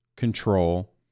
control